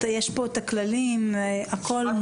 יש פה את הכללים, הכול מולי.